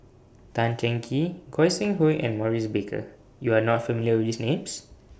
Tan Cheng Kee Goi Seng Hui and Maurice Baker YOU Are not familiar with These Names